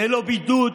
ללא בידוד.